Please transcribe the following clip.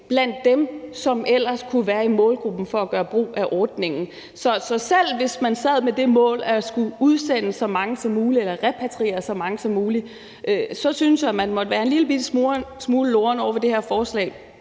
blandt dem, der ellers kunne være i målgruppen for ordningen. Så selv hvis man sad med det mål at skulle repatriere så mange som muligt, synes jeg, at man må være en lillebitte smule loren over for det her forslag,